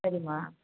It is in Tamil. சரிம்மா